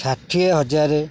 ଷାଠିଏ ହଜାର